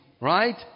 Right